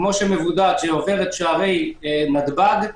כמו שמבודד שעובר את שערי נתב"ג,